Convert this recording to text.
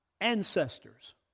ancestors